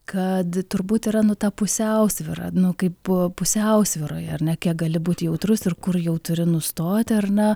kad turbūt yra nu ta pusiausvyra nu kaip buvo pusiausvyroj ar ne kiek gali būti jautrus ir kur jau turi nustoti ar ne